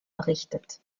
errichtet